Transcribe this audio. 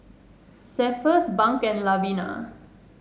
Cephus Bunk and Lavina